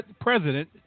President